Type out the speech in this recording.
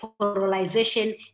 polarization